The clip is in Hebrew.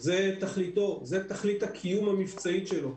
זו תכליתו, זו תכלית הקיום המבצעית שלו,